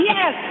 Yes